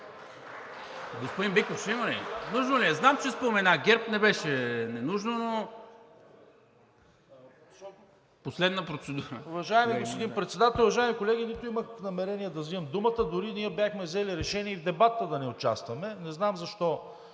Господин Биков, нужно ли е? Знам, че спомена ГЕРБ, не беше нужно, но… Последна процедура. ТОМА БИКОВ (ГЕРБ-СДС): Уважаеми господин Председател, уважаеми колеги! Нито имах намерение да взимам думата, дори ние бяхме взели решение и в дебата да не участваме, не знам защо